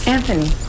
Anthony